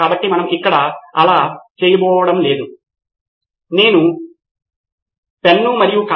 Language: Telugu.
కాబట్టి పాఠశాలకి మౌలిక సదుపాయాలు ఉన్నాయా లేదా అనే దానితో సంబంధం లేకుండా ఇవన్నీ పనిచేయాలి కాబట్టి ఇది రెండింటికి వర్తిస్తుంది